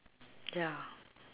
ya